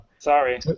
Sorry